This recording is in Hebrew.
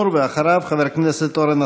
חבר הכנסת חמד עמאר,